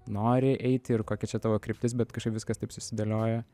nori eiti ir kokia čia tavo kryptis bet kažkaip viskas taip susidėlioja